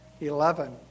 Eleven